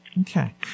okay